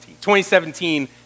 2017